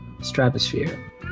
Stratosphere